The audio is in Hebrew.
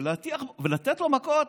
ולתת לו מכות,